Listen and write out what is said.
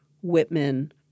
Whitman